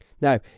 Now